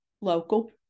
local